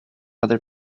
other